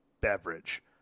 beverage